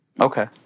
Okay